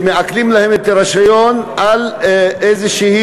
שמעקלים להם את הרישיון על איזושהי